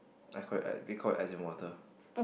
I quite like being caught in ice and water